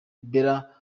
bella